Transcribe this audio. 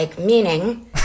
meaning